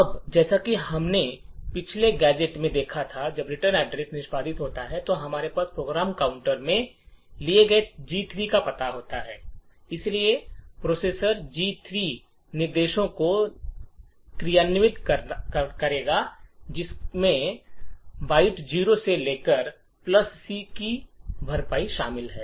अब जैसा कि हमने पिछले गैजेट में देखा है जब रिटर्न निष्पादित होता है तो हमारे पास प्रोग्राम काउंटर में लिए गए G3 का पता होता है और इसलिए प्रोसेसर जी 3 निर्देशों को क्रियान्वित करेगा जिसमें वाई बाइट 0 से लेकर ईएसआई सी की भरपाई शामिल है mov byte 0 to the offset of esic